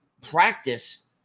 practice